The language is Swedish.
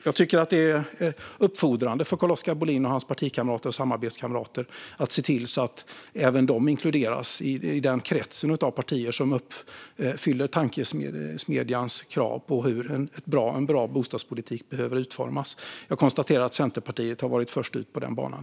Jag tycker att detta uppfordrar Carl-Oskar Bohlin och hans partikamrater och samarbetskamrater att se till att även de inkluderas i den krets av partier som uppfyller tankesmedjans krav på hur en bra bostadspolitik behöver utformas. Jag konstaterar att Centerpartiet har varit först ut på den banan.